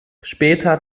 später